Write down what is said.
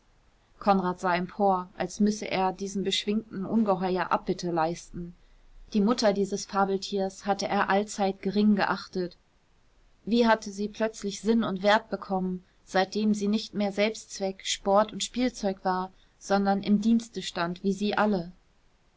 konrad sah empor als müsse er diesem beschwingten ungeheuer abbitte leisten die mutter dieses fabeltiers hatte er allzeit gering geachtet wie hatte sie plötzlich sinn und wert bekommen seitdem sie nicht mehr selbstzweck sport und spielzeug war sondern im dienste stand wie sie alle